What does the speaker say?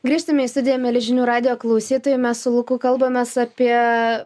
grįžtame į studiją mieli žinių radijo klausytojai mes su luku kalbamės apie